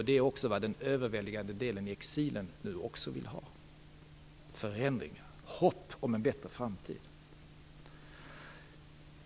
Det är också vad den överväldigande delen av exilkubanerna vill ha - förändringar, hopp om en bättre framtid.